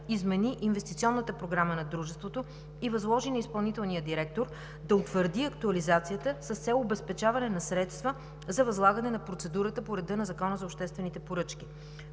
измени инвестиционната програма на дружеството и възложи на изпълнителния директор да утвърди актуализацията с цел обезпечаване на средства за възлагане на процедурата по реда на Закона за обществените поръчки.